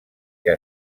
que